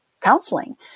counseling